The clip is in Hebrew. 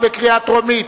התש"ע 2009,